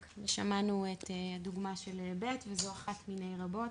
ושמענו את הדוגמה של ב' וזו אחת מיני רבות.